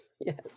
Yes